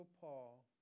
Paul